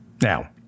Now